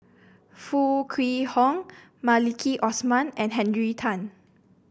Foo Kwee Horng Maliki Osman and Henry Tan